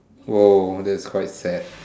oh that's quite sad